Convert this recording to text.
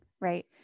right